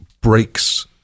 breaks